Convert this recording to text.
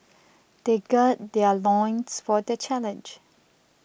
they gird their loins for the challenge